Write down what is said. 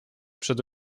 przed